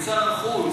את שר החוץ?